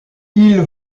ils